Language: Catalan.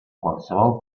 qualsevol